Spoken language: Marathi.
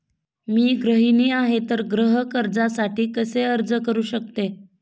मी गृहिणी आहे तर गृह कर्जासाठी कसे अर्ज करू शकते?